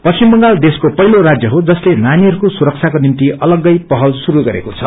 पश्चिम बंगाल देशको पहिलो राज्य हो जसले नानीहरूको सुरक्षाको निम्ति अलम्गै पहल श्रुरू गरेको छ